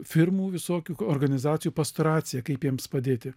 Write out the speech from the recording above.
firmų visokių organizacijų pastoraciją kaip jiems padėti